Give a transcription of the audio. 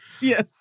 yes